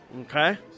Okay